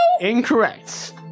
Incorrect